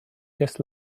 just